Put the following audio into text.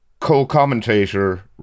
co-commentator